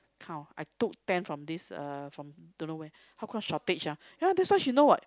count I took ten from this uh from don't know where how come shortage ah you know that's she know what